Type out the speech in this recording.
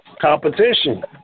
Competition